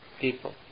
people